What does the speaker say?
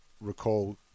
recall